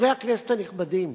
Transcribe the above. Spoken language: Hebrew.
חברי הכנסת הנכבדים,